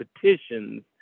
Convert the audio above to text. petitions